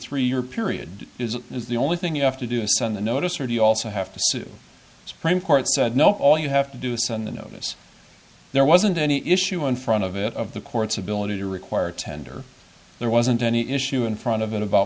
three year period the only thing you have to do is send the notice or do you also have to sue supreme court said no all you have to do this and the notice there wasn't any issue in front of it of the court's ability to require tender there wasn't any issue in front of it about